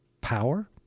power